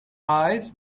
eyes